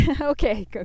okay